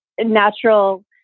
natural